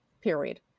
period